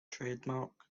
trademark